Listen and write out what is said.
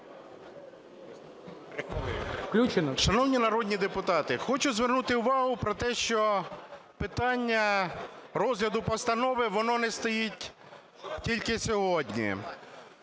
Шановні народні депутати, хочу звернути увагу про те, що питання розгляду постанови, воно не стоїть тільки сьогодні.